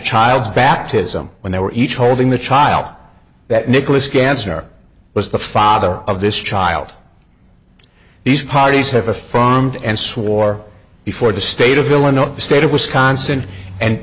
child's baptism when they were each holding the child that nicholas cancer was the father of this child these parties have a front and swore before the state of illinois the state of wisconsin and